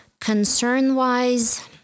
Concern-wise